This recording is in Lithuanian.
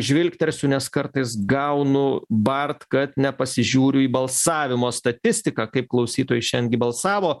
žvilgtersiu nes kartais gaunu bart kad nepasižiūriu į balsavimo statistiką kaip klausytojai šiandien gi balsavo